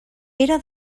era